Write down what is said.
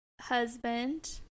Husband